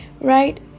right